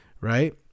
Right